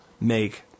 make